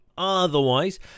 Otherwise